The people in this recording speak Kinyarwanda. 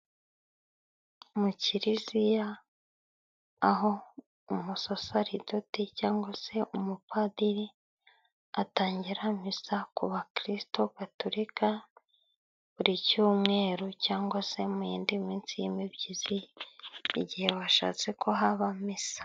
Mu kiriziya aho umusasaridoti cyangwa se umupadiri atangira misa ku bakirisito Gaturika, buri cyumweru cyangwa se mu yindi minsi y'imibyizi igihe bashatse ko haba misa.